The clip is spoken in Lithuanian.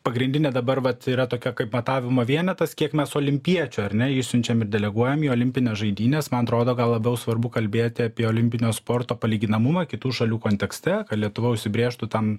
pagrindinė dabar vat yra tokia kaip matavimo vienetas kiek mes olimpiečių ar ne išsiunčiam ir deleguojam į olimpines žaidynes man atrodo gal labiau svarbu kalbėti apie olimpinio sporto palyginamumą kitų šalių kontekste lietuva užsibrėžtų tam